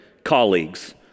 colleagues